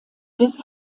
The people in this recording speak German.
bis